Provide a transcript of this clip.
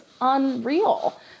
unreal